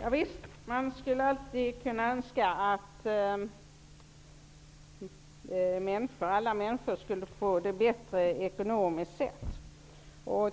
Herr talman! Ja, visst skulle det vara önskvärt att alla människor fick det bättre ekonomiskt sett.